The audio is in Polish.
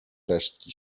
resztki